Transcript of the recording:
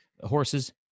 horses